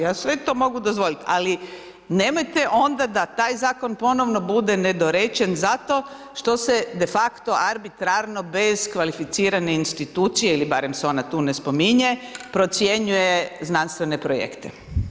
Ja sve to mogu dozvoliti, ali nemojte onda da taj zakon ponovno bude nedorečen zato što se de facto arbitrarno bez kvalificirane institucije ili barem se ona tu ne spominje procjenjuje znanstvene projekte.